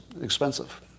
expensive